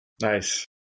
Nice